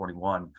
2021